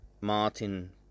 Martin